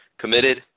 committed